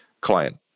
client